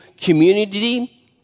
community